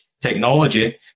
technology